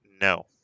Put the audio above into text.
No